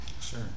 Sure